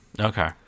okay